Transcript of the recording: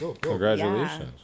Congratulations